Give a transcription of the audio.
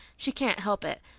she can't help it.